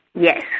yes